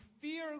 fear